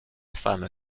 femme